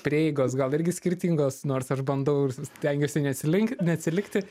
prieigos gal irgi skirtingos nors aš bandau ir stengiuosi neatsilink neatsilikti